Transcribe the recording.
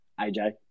AJ